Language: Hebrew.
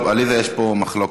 עליזה, יש פה מחלוקת.